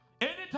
Anytime